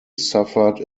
suffered